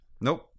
Nope